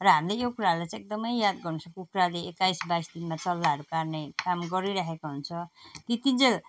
र हामीले यो कुराहरूलाई चाहिँ एकदम याद गर्नु पर्छ कुखुराले एक्काइस बाइस दिनमा चल्लाहरू काड्ने काम गरिराखेको हुन्छ त्यतिन्जेल